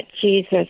Jesus